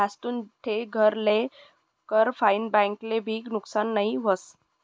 भाजतुन ठे घर लेल कर फाईन बैंक ले भी नुकसान नई व्हस